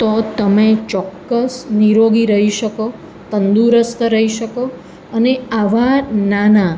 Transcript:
તો તમે ચોકક્સ નિરોગી રહી શકો તંદુરસ્ત રહી શકો અને આવા નાના